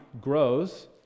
grows